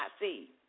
see